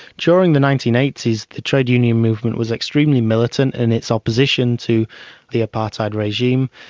during the nineteen eighty s the trade union movement was extremely militant in its opposition to the apartheid regime.